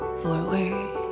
forward